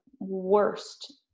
worst